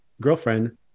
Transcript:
girlfriend